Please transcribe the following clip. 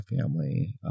family